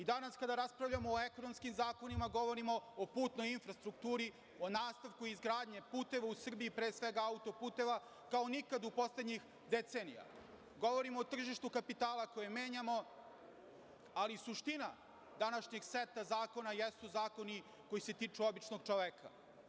Danas kada raspravljamo o ekonomskim zakonima govorimo o putnoj infrastrukturi, o nastavku izgradnje puteva u Srbiji, pre svega autoputeva kao nikad u poslednjih decenija, govorimo o tržištu kapitala koje menjamo, ali suština današnjeg seta zakona jesu zakoni koji se tiču običnog čoveka.